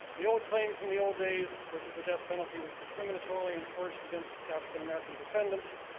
the old claim from the old days was that the death penalty was discriminatorily enforced against african american defendants.